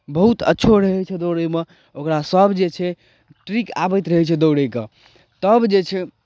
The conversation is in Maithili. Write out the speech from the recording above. बहुत अच्छो रहै छै दौड़यमे ओकरा सभ जे छै ट्रिक आबैत रहै छै दौड़यके तब जे छै